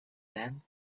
then